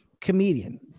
comedian